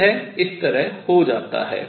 यह इस तरह हो जाता है